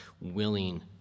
willing